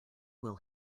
will